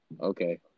Okay